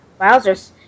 Wowzers